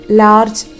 large